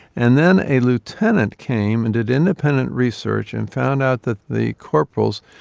and then a lieutenant came and did independent research and found out that the corporals,